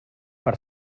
per